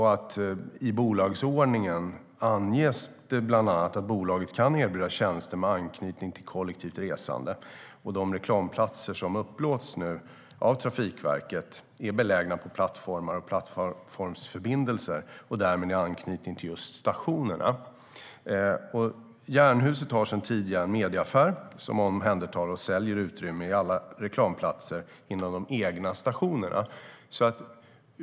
I bolagsordningen anges det bland annat att bolaget kan erbjuda tjänster med anknytning till kollektivt resande. De reklamplatser som nu upplåts av Trafikverket är belägna på plattformar och plattformsförbindelser och därmed med anknytning till just stationerna. Jernhusen har sedan tidigare en medieaffär som omhändertar och säljer utrymme på alla reklamplatser inom de egna stationerna.